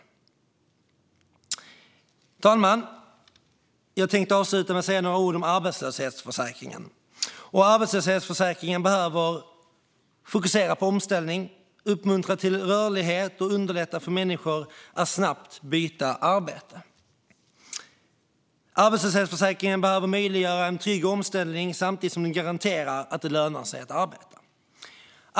Herr talman! Jag tänkte avsluta med att säga några ord om arbetslöshetsförsäkringen. Arbetslöshetsförsäkringen behöver fokusera på omställning, uppmuntra till rörlighet och underlätta för människor att snabbt byta arbete. Arbetslöshetsförsäkringen behöver möjliggöra en trygg omställning samtidigt som den garanterar att det lönar sig att arbeta.